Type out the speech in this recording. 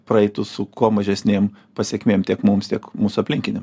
praeitų su kuo mažesnėm pasekmėm tiek mums tiek mūsų aplinkiniam